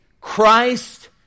Christ